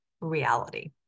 reality